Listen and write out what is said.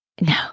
No